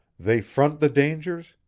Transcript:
they front the dangers,